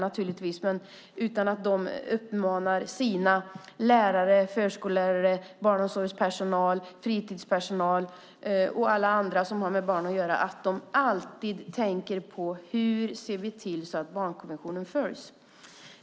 Hur ser man till att de uppmanar sina lärare, förskollärare, barnomsorgspersonal, fritidspersonal och alla andra som har med barn att göra att alltid tänka på hur de kan göra för att se till att barnkonventionen följs?